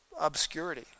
obscurity